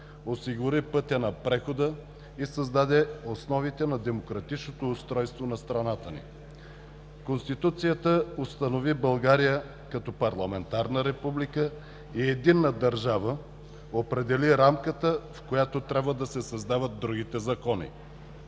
осигури пътя на прехода и създаде основите на демократичното устройство на страната ни. Конституцията установи България като парламентарна република и единна държава, определи рамката, в която трябва да се създават другите закони.